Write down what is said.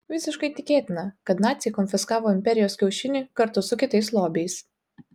visiškai tikėtina kad naciai konfiskavo imperijos kiaušinį kartu su kitais lobiais